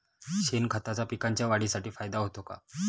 शेणखताचा पिकांच्या वाढीसाठी फायदा होतो का?